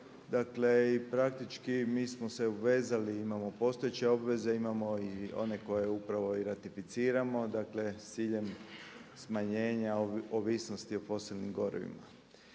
Dakle i praktički mi smo se obvezali, imamo postojeće obveze, imamo i one koje upravo i ratificiramo, dakle sa ciljem smanjenja ovisnosti o posebnim gorivima.